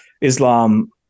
Islam